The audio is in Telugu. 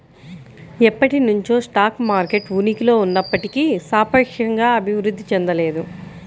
ఎప్పటినుంచో స్టాక్ మార్కెట్ ఉనికిలో ఉన్నప్పటికీ సాపేక్షంగా అభివృద్ధి చెందలేదు